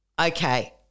Okay